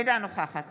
אינה נוכחת